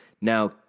Now